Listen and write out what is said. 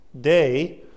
day